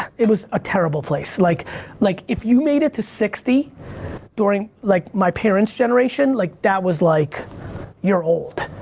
it was a terrible place. like like if you made it to sixty during like my parent's generation, like that was like you're old.